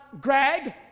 Greg